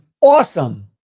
awesome